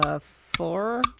Four